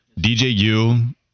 DJU